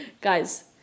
Guys